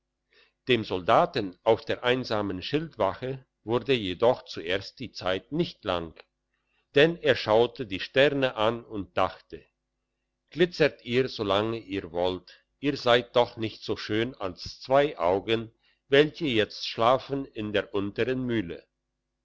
dem soldaten auf der einsamen schildwache wurde jedoch zuerst die zeit nicht lang denn er schaute die sterne an und dachte glitzert ihr solange ihr wollt ihr seid doch nicht so schön als zwei augen welche jetzt schlafen in der untern mühle